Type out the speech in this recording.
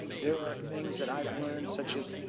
there are things that i've learned such as,